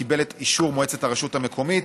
קיבל את אישור מועצת הרשות המקומית,